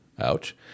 Ouch